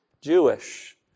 Jewish